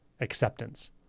acceptance